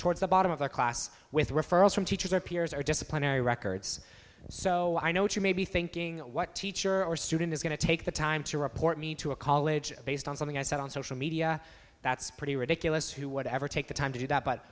towards the bottom of the class with referrals from teachers or peers or disciplinary records so i know what you may be thinking what teacher or student is going to take the time to report me to a college based on something i said on social media that's pretty ridiculous who would ever take the time to do that but